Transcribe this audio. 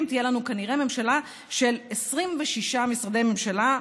תהיה לנו כנראה ממשלה של 26 משרדי ממשלה.